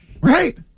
right